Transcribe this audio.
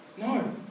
No